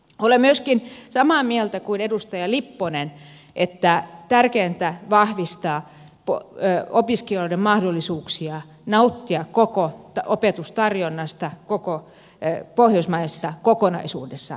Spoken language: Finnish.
olen myöskin samaa mieltä kuin edustaja lipponen että tärkeintä on vahvistaa opiskelijoiden mahdollisuuksia nauttia koko opetustarjonnasta koko pohjoismaisessa kokonaisuudessa